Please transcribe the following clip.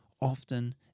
often